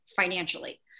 financially